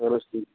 اَہَن حظ تی